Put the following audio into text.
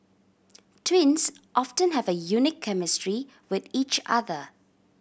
twins often have a unique chemistry with each other